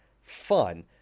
fun